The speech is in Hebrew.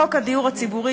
חוק הדיור הציבורי,